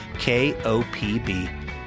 KOPB